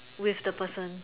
with the person